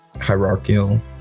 hierarchical